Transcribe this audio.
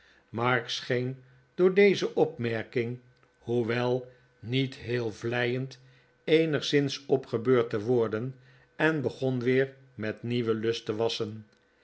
mark scheen door deze opmerking hoenog een merkwaardig man wel niet heel vleiend eenigszins opgebeurd te worden en begon weer met nieuwen lust te wasschen